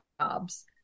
jobs